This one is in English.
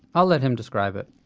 i'll let him describe it